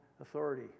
authority